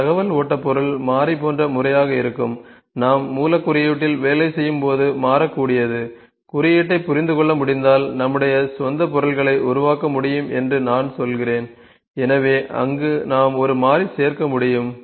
சில தகவல் ஓட்டப் பொருள் மாறி போன்ற முறையாக இருக்கும் நாம் மூலக் குறியீட்டில் வேலை செய்யும்போது மாறக்கூடியது குறியீட்டைப் புரிந்து கொள்ள முடிந்தால் நம்முடைய சொந்த பொருள்களை உருவாக்க முடியும் என்று நான் சொல்கிறேன் எனவே அங்கு நாம் ஒரு மாறி சேர்க்க முடியும்